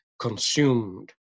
consumed